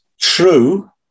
True